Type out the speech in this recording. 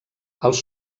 els